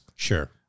Sure